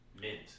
mint